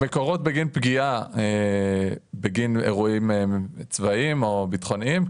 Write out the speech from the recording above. מקורות בגין פגיעה בגין אירועים צבאיים או ביטחוניים,